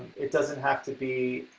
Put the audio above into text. it doesn't have to be,